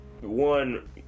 one